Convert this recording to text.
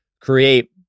create